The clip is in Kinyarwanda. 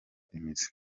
imizi